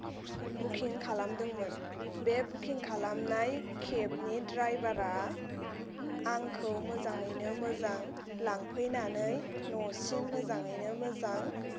booking खालामदोंमोन बे बुकिं खालामनाय केबनि द्राइभारआ आंखौ मोजाङैनो मोजां लांफैनानै न'सिम मोजाङैनो मोजां